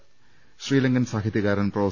മേള ശ്രീല ങ്കൻ സാഹിത്യകാരൻ പ്രൊഫ